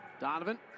Donovan